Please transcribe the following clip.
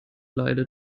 leide